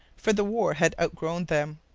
for the war had outgrown them.